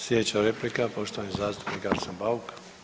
Sljedeća replika, poštovani zastupnik Arsen Bauk.